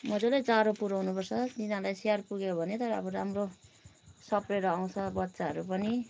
मजाले चारो पुर्याउनु पर्छ तिनीहरूलाई स्याहार पुग्यो भने त अब राम्रो सप्रेर आउँछ बच्चाहरू पनि